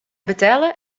betelle